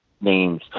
names